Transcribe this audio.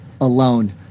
alone